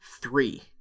Three